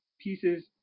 pieces